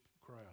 crowd